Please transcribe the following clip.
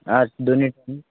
आरती दोन्ही टाईम